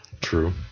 True